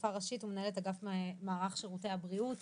רופאה ראשית ומנהלת אגף מערך שירותי הבריאות